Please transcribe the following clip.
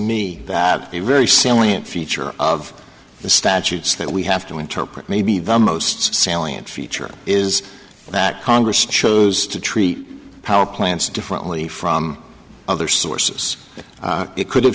me that the very salient feature of the statutes that we have to interpret may be the most salient feature is that congress chose to treat powerplants differently from other sources it could have